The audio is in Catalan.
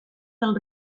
del